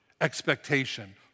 expectation